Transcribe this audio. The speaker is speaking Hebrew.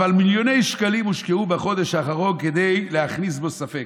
אבל מיליוני שקלים הושקעו בחודש האחרון כדי להכניס בו ספק,